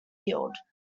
yield